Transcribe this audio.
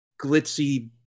glitzy